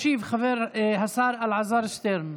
ישיב השר אלעזר שטרן.